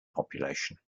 population